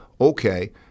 okay